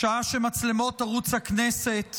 בשעה שמצלמות ערוץ הכנסת